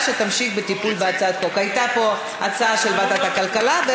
התשע"ז 2016,